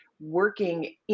working